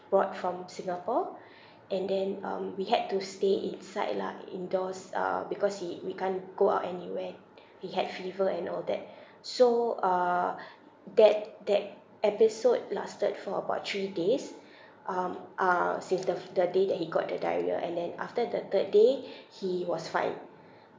brought from singapore and then um we had to stay inside lah indoors uh because he we can't go out anywhere he had fever and all that so uh that that episode lasted for about three days um uh since the f~ the day that he got the diarrhea and then after the third day he was fine